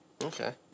Okay